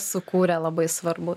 sukūrė labai svarbu